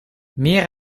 meer